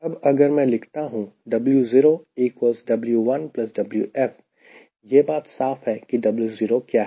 अब अगर मैं लिखता हूं यह बात साफ है कि W0 क्या है